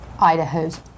Idaho's